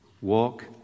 Walk